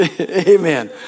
Amen